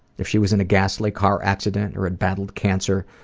if she was in a ghastly car accident or had battled cancer,